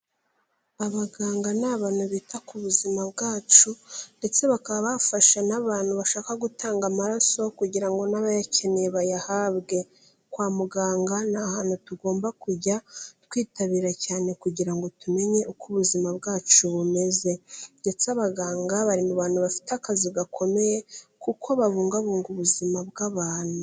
Abaganga ni abantu bita ku buzima bwacu ndetse bakaba bafasha n'abantu bashaka gutanga amaraso kugira ngo n'abayakeneye bayahabwe. Kwa muganga ni ahantu tugomba kujya twitabira cyane kugira ngo tumenye uko ubuzima bwacu bumeze. Ndetse abaganga bari mu bantu bafite akazi gakomeye kuko babungabunga ubuzima bw'abantu.